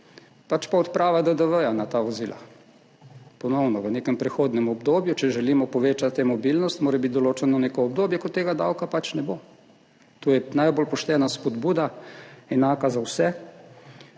pač pa odprava DDV na ta vozila, ponovno v nekem prehodnem obdobju. Če želimo povečati e-mobilnost, mora biti določeno neko obdobje, ko tega davka pač ne bo. To je najbolj poštena spodbuda, enaka za vse,